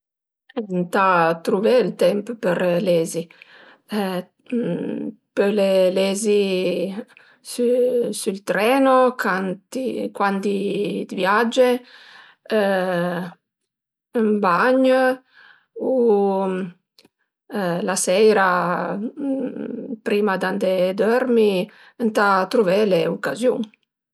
Ëntà truvé ël temp për lezi, pöle lezi sül treno canti cuandi viage ën bagn u la seira prima d'andé dörmi, ëntà truvé le ucaziun